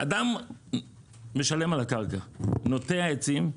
אדם משלם על הקרקע, נוטע עצים,